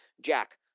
Jack